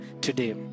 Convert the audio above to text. today